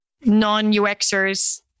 non-UXers